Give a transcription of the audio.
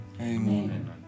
Amen